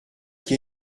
qui